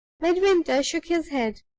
midwinter shook his head.